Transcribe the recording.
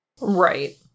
Right